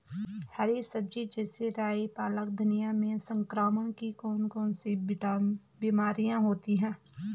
हरी सब्जी जैसे राई पालक धनिया में संक्रमण की कौन कौन सी बीमारियां होती हैं?